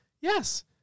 Yes